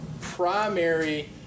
primary